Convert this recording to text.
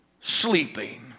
sleeping